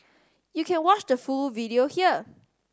you can watch the full video here